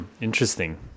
Interesting